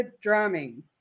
drumming